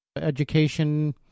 education